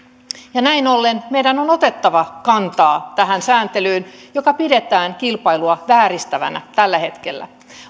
näin ollen meidän on otettava kantaa tähän sääntelyyn jota pidetään kilpailua vääristävänä tällä hetkellä